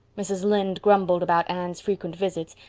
mrs. lynde grumbled about anne's frequent visits,